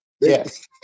yes